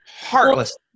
heartless